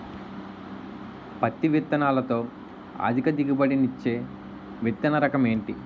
పత్తి విత్తనాలతో అధిక దిగుబడి నిచ్చే విత్తన రకం ఏంటి?